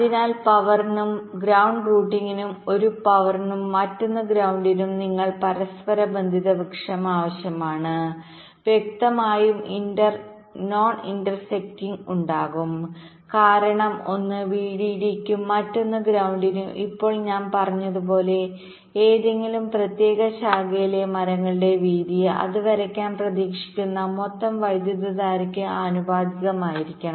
അതിനാൽ പവർനുംഗ്രൌണ്ട് റൂട്ടിംഗിനും ഒന്ന് പവർനും മറ്റൊന്ന് ഗ്രൌണ്ടിനും നിങ്ങൾക്ക് രണ്ട് പരസ്പരബന്ധിത വൃക്ഷം ആവശ്യമാണ് വ്യക്തമായും ഇന്റർ നോൺ ഇന്റർസെക്റ്റിംഗ്ഉണ്ടാകും കാരണം ഒന്ന് VDD യ്ക്കും മറ്റൊന്ന് ഗ്രൌണ്ടിനും ഇപ്പോൾ ഞാൻ പറഞ്ഞതുപോലെ ഏതെങ്കിലും പ്രത്യേക ശാഖയിലെ മരങ്ങളുടെ വീതി അത് വരയ്ക്കാൻ പ്രതീക്ഷിക്കുന്ന മൊത്തം വൈദ്യുതധാരയ്ക്ക് ആനുപാതികമായിരിക്കണം